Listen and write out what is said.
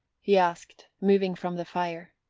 he asked, moving from the fire.